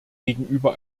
gegenüber